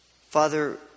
Father